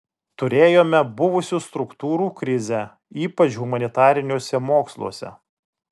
turėjome buvusių struktūrų krizę ypač humanitariniuose moksluose